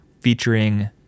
featuring